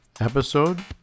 Episode